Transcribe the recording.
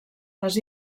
les